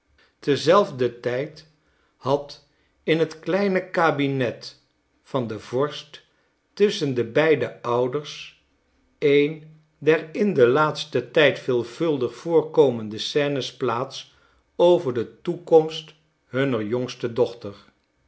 terzelfder tijd had in het kleine kabinet van den vorst tusschen de beide ouders een der in den laatsten tijd veelvuldig voorkomende scènes plaats over de toekomst hunner jongste dochter